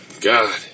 God